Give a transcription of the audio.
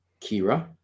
Kira